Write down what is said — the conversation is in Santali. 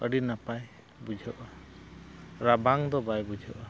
ᱟᱹᱰᱤ ᱱᱟᱯᱟᱭ ᱵᱩᱡᱷᱟᱹᱜᱼᱟ ᱨᱟᱵᱟᱝ ᱫᱚ ᱵᱟᱭ ᱵᱩᱡᱷᱟᱹᱜᱼᱟ